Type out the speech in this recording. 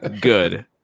Good